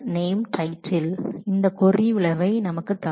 இங்கே நடக்கும் பெயர் தலைப்பு இந்த விளைவை நமக்குத் தரும்